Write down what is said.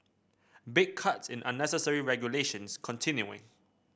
big cuts in unnecessary regulations continuing